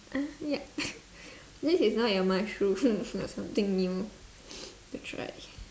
uh ya this is not your mushroom not something new that's right